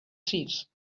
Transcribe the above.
thieves